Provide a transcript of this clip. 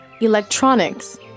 Electronics